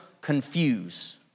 confuse